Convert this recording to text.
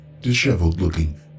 disheveled-looking